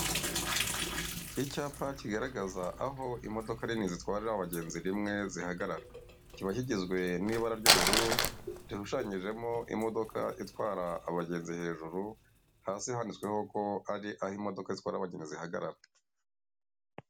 Icyapa kigaragaza aho imodoka nini zitwarira abagenzi rimwe zihagarara kiba kigizwe n'ibara ry'ubururu rishushanyijemo imodoka itwara abagenzi hejuru, hasi handitsweho ko ari aho imodoka zitwara abagenzi zihagarara.